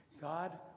God